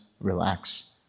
relax